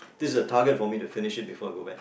this is a target for me to finish it before I go back